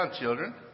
Children